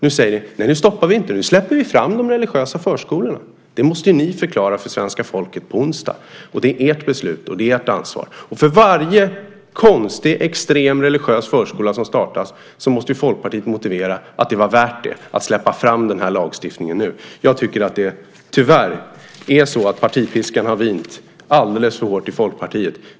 Nu säger ni att ni inte ska stoppa dem utan nu ska de religiösa förskolorna släppas fram. Det måste ni förklara för svenska folket på onsdag. Det är ert beslut, och det är ert ansvar. För varje konstig, extrem religiös förskola som startas måste Folkpartiet motivera att det var värt att släppa fram lagstiftningen nu. Tyvärr har partipiskan vinit alldeles för hårt i Folkpartiet.